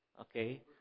Okay